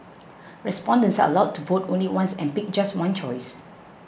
respondents are allowed to vote only once and pick just one choice